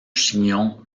chignon